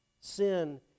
Sin